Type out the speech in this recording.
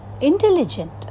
intelligent